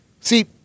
See